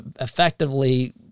effectively